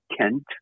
Kent